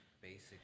basic